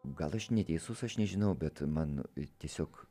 gal aš neteisus aš nežinau bet man tiesiog